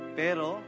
pero